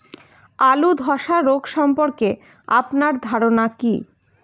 আলু ধ্বসা রোগ সম্পর্কে আপনার ধারনা কী?